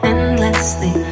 Endlessly